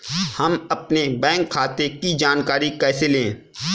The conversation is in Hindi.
हम अपने बैंक खाते की जानकारी कैसे लें?